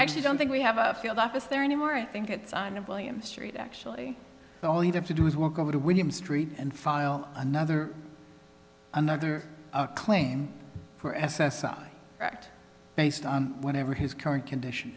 actually don't think we have a field office there anymore i think it's on of william street actually all you have to do is walk over to william street and file another another claim for s s i act based on whatever his current condition